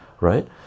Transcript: right